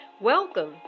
Welcome